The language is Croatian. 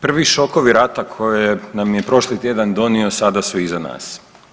Prvi šokovi rata koje nam je prošli tjedan donio sada su iza nas.